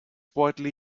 widely